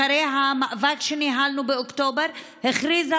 אחרי המאבק שניהלנו באוקטובר היא הכריזה